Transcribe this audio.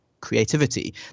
creativity